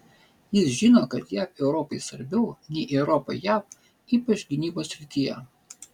jis žino kad jav europai svarbiau nei europa jav ypač gynybos srityje